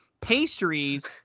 pastries